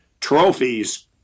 trophies